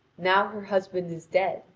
now her husband is dead,